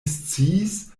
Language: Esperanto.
sciis